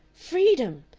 freedom!